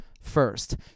first